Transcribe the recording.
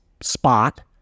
spot